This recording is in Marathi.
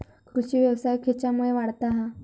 कृषीव्यवसाय खेच्यामुळे वाढता हा?